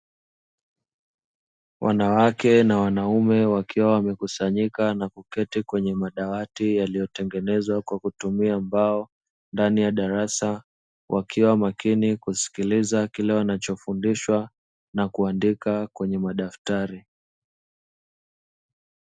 Wanawake na wanaume wakiwa wamekusanyika na kuketi kwenye madawati yaliyo tengenezwa kwa kutumia mbao ndani ya darasa, wakiwa makini kusikiliza kile wanachofundishwa na kuandika kwenye madaftari .